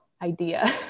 Idea